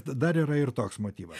dar yra ir toks motyvas